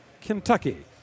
Kentucky